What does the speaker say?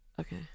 Okay